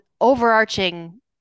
overarching